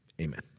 Amen